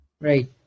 right